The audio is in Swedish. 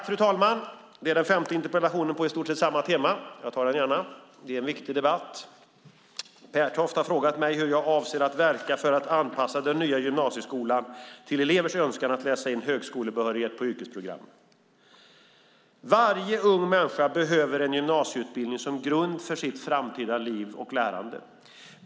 Fru talman! Detta är den femte interpellationsdebatten på i stort sett samma tema. Jag tar den gärna. Det är en viktig debatt. Mats Pertoft har frågat mig hur jag avser att verka för att anpassa den nya gymnasieskolan till elevers önskan att läsa in högskolebehörighet på yrkesprogrammen. Varje ung människa behöver en gymnasieutbildning som grund för sitt framtida liv och lärande.